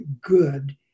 good